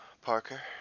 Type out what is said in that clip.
Parker